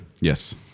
Yes